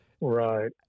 right